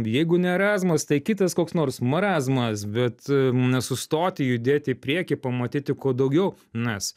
jeigu ne erazmus tai kitas koks nors marazmas bet nesustoti judėti į priekį pamatyti kuo daugiau nes